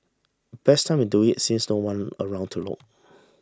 best time to do it since no one around to look